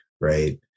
Right